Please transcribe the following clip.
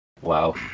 wow